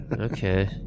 Okay